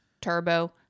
Turbo